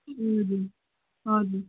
हजुर हजुर